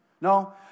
No